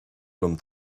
liom